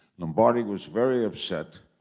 lombardi was very upset.